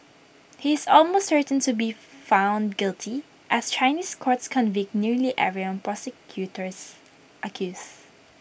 he is almost certain to be found guilty as Chinese courts convict nearly everyone prosecutors accuse